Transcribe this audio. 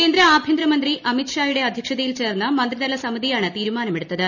കേന്ദ്ര ആഭ്യന്തരമന്ത്രി അമിത് ഷായുടെ അദ്ധ്യക്ഷതയിൽ ചേർന്ന മന്ത്രിതല സമിതിയാണ് തീരുമാനമെടുത്തത്